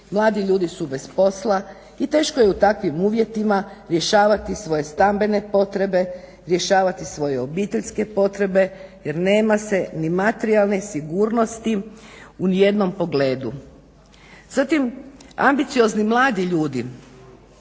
mladi ljudi su bez posla i teško je u takvim uvjetima rješavati svoje stambene potrebe, rješavati svoje obiteljske potrebe jer nema se ni materijalne sigurnosti u nijednom pogledu. Zatim ambiciozni mladi ljudi